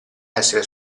essere